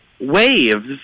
waves